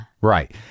Right